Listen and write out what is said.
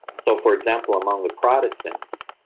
so, for example, among the protestants,